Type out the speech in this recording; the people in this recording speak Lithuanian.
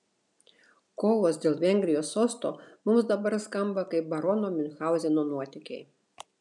kovos dėl vengrijos sosto mums dabar skamba kaip barono miunchauzeno nuotykiai